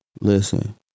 Listen